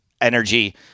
energy